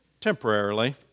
temporarily